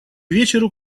вечеру